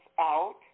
out